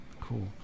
Cool